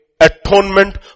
atonement